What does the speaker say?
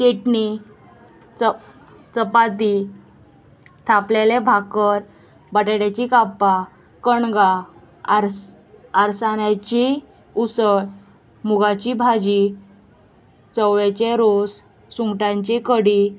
केटणी चप चपाती थापलेले भाकर बटाट्याची काप्पा कणगां आरस आरसान्याची उसळ मुगाची भाजी चवळेचे रोस सुंगटांची कडी